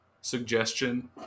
suggestion